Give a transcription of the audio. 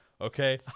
Okay